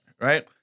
right